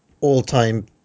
All-time